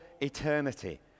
eternity